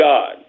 God